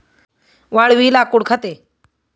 वाळवी लाकूड खाते